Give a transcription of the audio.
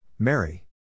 Mary